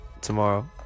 tomorrow